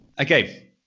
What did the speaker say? Okay